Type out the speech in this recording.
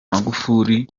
magufuli